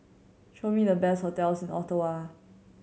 show me the best hotels Ottawa